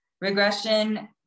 regression